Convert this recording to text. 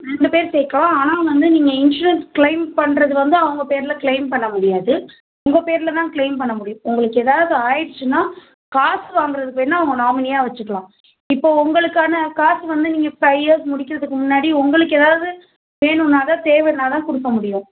ரெண்டு பேர் சேர்க்கலாம் ஆனால் வந்து நீங்கள் இன்சூரன்ஸ் க்ளைம் பண்ணுறது வந்து அவங்க பேரில் க்ளைம் பண்ண முடியாது உங்கள் பேரில் தான் க்ளைம் பண்ண முடியும் உங்களுக்கு ஏதாவது ஆயிடுச்சுன்னா காசு வாங்குறதுக்கு வேணா உங்க நாமினியாக வச்சுக்கலாம் இப்போ உங்களுக்கான காசு வந்து நீங்கள் ஃபைவ் இயர்ஸ் முடிக்கிறதுக்கு முன்னாடி உங்களுக்கு ஏதாவது வேணும்னா தான் தேவைன்னா தான் கொடுக்க முடியும்